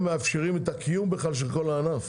אלה שמאפשרות את הקיום בכלל של כל הענף,